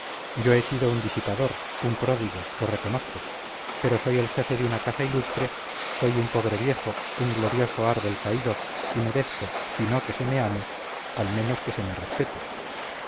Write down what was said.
yo he sido un disipador un pródigo lo reconozco pero soy el jefe de una casa ilustre soy un pobre viejo un glorioso árbol caído y merezco si no que se me ame al menos que se me respete